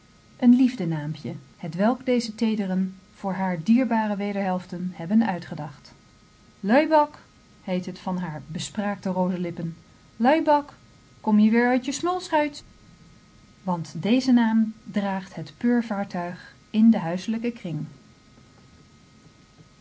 een liefdenaampje hetwelk deze teederen voor hare dierbare wederhelften hebben uitgedacht loibak heet het van hare bespraakte rozelippen loibak kom je weer oit je smulschoit want dezen naam draagt het peurvaartuig in den huiselijken kring